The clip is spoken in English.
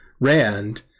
Rand